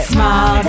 Small